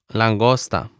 langosta